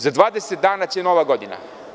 Za 20 dana će Nova godina.